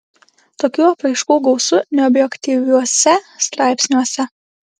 tokių apraiškų gausu neobjektyviuose straipsniuose